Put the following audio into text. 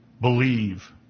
believe